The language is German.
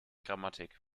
grammatik